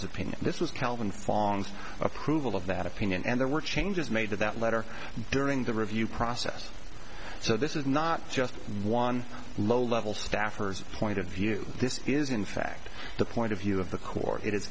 pain this was calvin fong approval of that opinion and there were changes made to that letter during the review process so this is not just one low level staffers point of view this is in fact the point of view of the court i